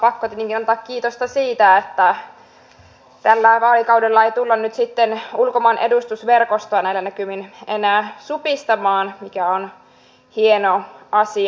on pakko tietenkin antaa kiitosta siitä että tällä vaalikaudella ei näillä näkymin tulla ulkomaan edustusverkostoa enää supistamaan mikä on hieno asia